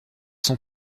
sont